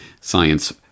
science